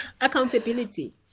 accountability